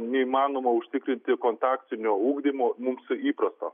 neįmanoma užtikrinti kontaktinio ugdymo mums įprasto